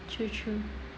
true true